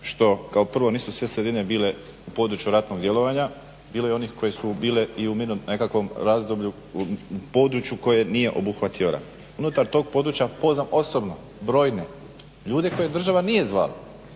što kao prvo nisu sve sredine bile u području ratnog djelovanja. Bilo je i onih koje su bile i u nekakvom razdoblju, u području koje nije obuhvatio rat. Unutar tog područja poznam osobno brojne ljude koje država nije zvala,